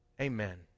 Amen